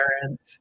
parents